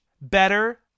better